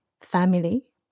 family